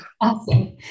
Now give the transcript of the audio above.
Awesome